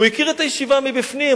הוא הכיר את הישיבה מבפנים,